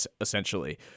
essentially